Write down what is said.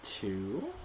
Two